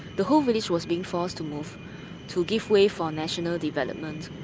the whole village was being forced to move to give way for national development.